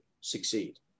succeed